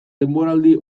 denboraldi